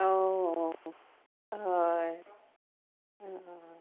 অ হয়